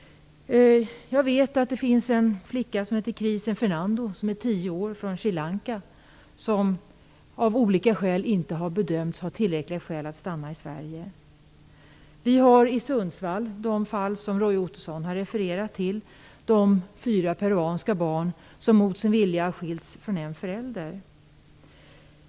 Jag vet att det finns en tioårig flicka från Sri Lanka som heter Chriss Alagiyadura Fernando och som av olika anledningar har bedömts inte ha tillräckliga skäl för att få stanna i Sverige. Vi har i Sundsvall de fyra peruanska barn, som Roy Ottosson har refererat till, som mot sin vilja har skilts från en förälder.